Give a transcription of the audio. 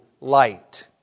light